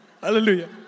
Hallelujah